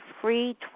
free